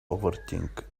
overthink